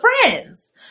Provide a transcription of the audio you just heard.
friends